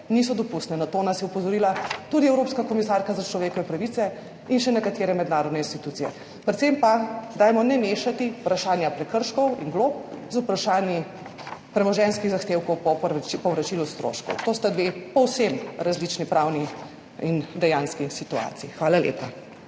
niso dopustne. Na to nas je opozorila tudi Evropska komisarka za človekove pravice in še nekatere mednarodne institucije. Predvsem pa ne mešajmo vprašanj prekrškov in glob z vprašanji premoženjskih zahtevkov po povračilu stroškov. To sta dve povsem različni pravni in dejanski situaciji. Hvala lepa.